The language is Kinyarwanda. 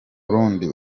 burundi